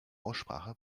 aussprache